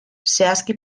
zehazki